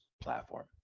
platform